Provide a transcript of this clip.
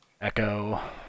Echo